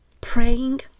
praying